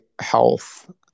health